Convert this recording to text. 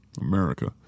America